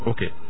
Okay